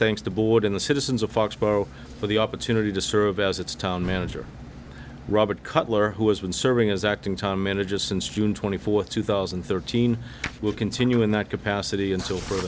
thinks the board in the citizens of foxboro for the opportunity to serve as its town manager robert cutler who has been serving as acting time manager since june twenty fourth two thousand and thirteen will continue in that capacity and so for